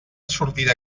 sortida